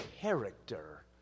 character